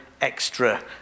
extra